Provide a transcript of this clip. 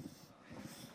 בבקשה.